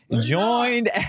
joined